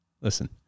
Listen